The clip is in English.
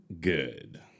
good